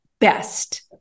best